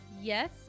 yes